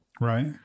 Right